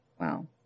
Wow